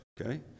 okay